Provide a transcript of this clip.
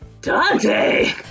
Dante